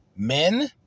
Men